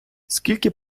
скільки